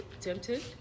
Tempted